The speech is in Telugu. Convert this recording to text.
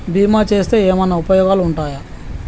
బీమా చేస్తే ఏమన్నా ఉపయోగాలు ఉంటయా?